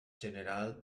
general